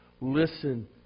Listen